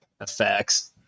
effects